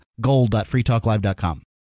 Gold.freetalklive.com